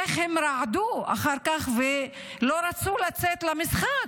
איך הם רעדו אחר כך ולא רצו לצאת למשחק,